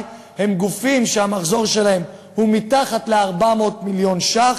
הם גופים שהמחזור שלהם הוא מתחת ל-400 מיליון ש"ח,